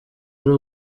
ari